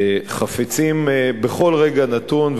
חפצים בכל רגע נתון,